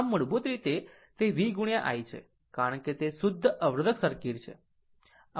આમ મૂળભૂત રીતે તે v i છે કારણ કે તે શુદ્ધ અવરોધક સર્કિટ છે